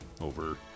over